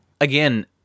again